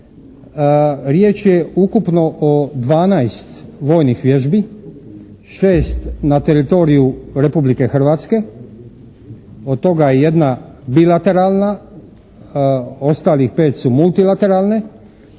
Riječ je ukupno o 12 vojnih vježbi, 6 na teritoriju Republike Hrvatske od toga je jedna bilateralna, ostalih pet su multilateralne